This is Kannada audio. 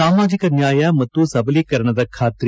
ಸಾಮಾಜಿಕ ನ್ಯಾಯ ಮತ್ತು ಸಬಲೀಕರಣದ ಖಾತ್ರಿ